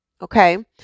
Okay